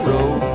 Road